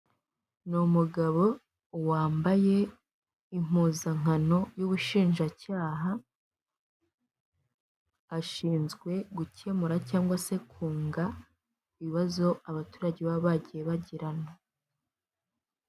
Ni umugabo wambaye impuzankano y'ubushinjacyaha ashinzwe gukemura cyangwa se kunga ibibazo abaturage baba bagiye bagirana .